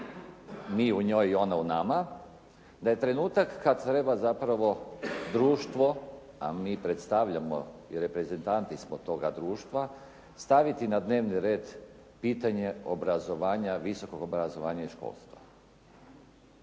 mi u njoj i ona u nama, da je trenutak kad treba zapravo društvo, a mi predstavljamo i reprezentanti smo toga društva, staviti na dnevni red pitanje obrazovanja, visokog obrazovanja i školstva.